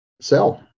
sell